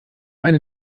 eine